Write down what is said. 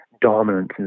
dominance